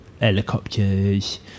helicopters